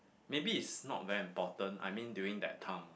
maybe it's not very important I mean during that time lah